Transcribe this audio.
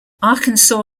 arkansas